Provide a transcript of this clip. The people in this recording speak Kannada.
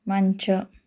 ಮಂಚ